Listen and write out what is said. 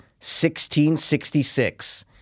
1666